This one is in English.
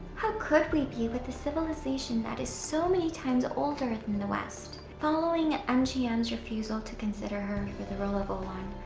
how could we be with the civilization that is so many times older than and the west? following and mgm's refusal to consider her for the role of o-lan,